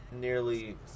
nearly